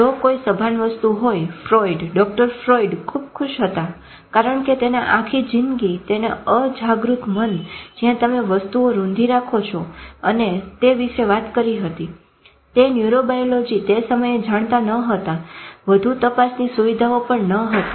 જો કોઈ સભાન વસ્તુ હોય ફ્રોઈડ ડોક્ટર ફ્રોઈડ ખુબ ખુશ હોત કારણ કે આખી જિંદગી તેને અજાગૃત મન જ્યાં તમે વસ્તુઓ રૂંધી રાખો છો અને તે ન્યુરોબયલોજી તે સમયે જાણતા ન હતા વધુ તપાસની સુવિધાઓ પણ ન હતી